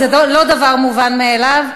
זה לא דבר מובן מאליו,